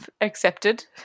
Accepted